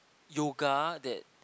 yoga that